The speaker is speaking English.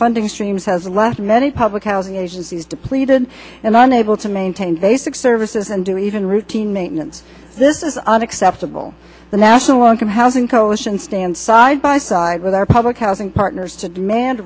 funding streams has left many public housing agencies depleted and unable to maintain basic services and to even routine maintenance this is unacceptable the national income housing coalition stand side by side with our public housing partners to demand